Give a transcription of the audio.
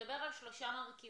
הוא מדבר על שלושה מרכיבים,